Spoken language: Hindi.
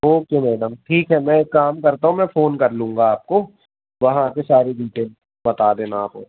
ओके मैडम ठीक है मैं एक काम करता हूँ मैं फ़ोन कर लूँगा आपको वहाँ आकर सारी डिटेल बता देना आप